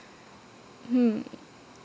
hmm